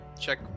check